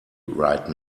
right